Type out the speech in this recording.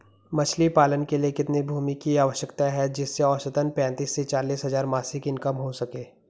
मछली पालन के लिए कितनी भूमि की आवश्यकता है जिससे औसतन पैंतीस से चालीस हज़ार मासिक इनकम हो सके?